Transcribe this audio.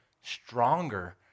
stronger